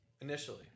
Initially